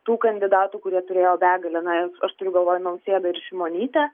tų kandidatų kurie turėjo begalę na aš turiu galvoj nausėdą ir šimonytę